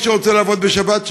מי שרוצה לעבוד בשבת,